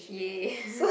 !yay!